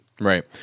right